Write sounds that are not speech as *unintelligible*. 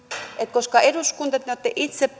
koska eduskunta te te olette itse *unintelligible*